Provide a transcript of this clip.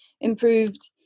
improved